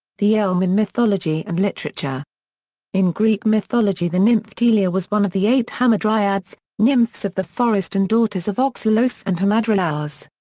the elm in mythology and literature in greek mythology the nymph ptelea was one of the eight hamadryads, nymphs of the forest and daughters of oxylos and hamadryas.